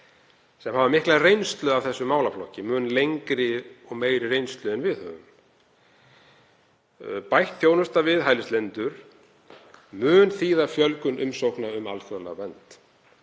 sem hafa mikla reynslu af þessum málaflokki og mun lengri og meiri reynslu en við. Bætt þjónusta við hælisleitendur mun þýða fjölgun umsókna um alþjóðlega vernd.